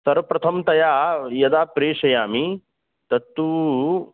सर्वप्रथमतया यदा प्रेषयामि तत्तु